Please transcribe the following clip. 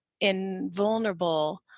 invulnerable